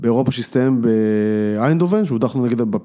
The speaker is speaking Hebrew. באירופה שהסתיים באין דובן, שהודחנו נגד ב